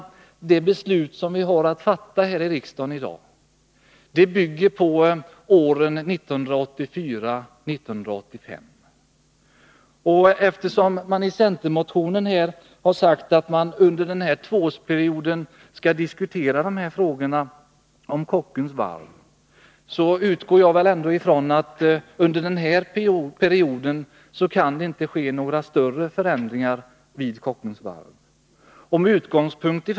Det beslut som vi har att fatta här i riksdagen avser åren 1984 och 1985. Eftersom centern i sin motion har sagt att man inom en tvåårsperiod skall diskutera frågan om Kockums privatisering, utgår jag ifrån att under den perioden kan det inte ske några större förändringar vid Kockums.